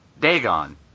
Dagon